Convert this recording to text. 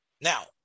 Now